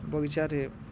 ବଗିଚାରେ